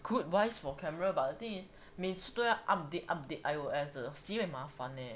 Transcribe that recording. good wise for camera but 每次都要 update update I_O_S 的 sibeh 麻烦 eh